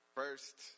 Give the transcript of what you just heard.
first